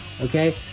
Okay